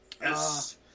Yes